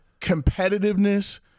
competitiveness